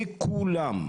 לכולם.